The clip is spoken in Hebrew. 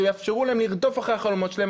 שיאפשרו להם לרדוף אחרי החלומות שלהם,